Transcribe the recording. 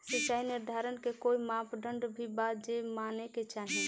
सिचाई निर्धारण के कोई मापदंड भी बा जे माने के चाही?